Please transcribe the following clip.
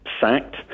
sacked